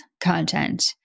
content